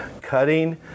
cutting